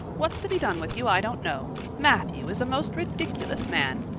what's to be done with you i don't know. matthew is a most ridiculous man.